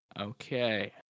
Okay